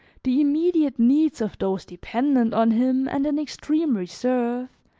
the immediate needs of those dependent on him, and an extreme reserve,